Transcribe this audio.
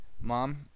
Mom